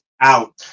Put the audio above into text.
out